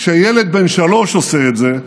כשילד בן שלוש עושה את זה,